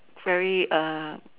very